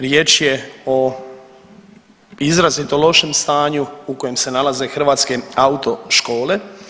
Riječ je o izrazito lošem stanju u kojem se nalaze hrvatske autoškole.